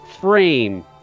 frame